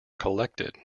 collected